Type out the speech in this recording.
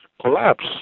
collapse